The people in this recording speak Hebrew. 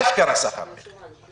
אשכרה סחר מכר.